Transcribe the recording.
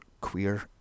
queer